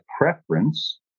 preference